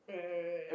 right right